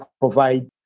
provide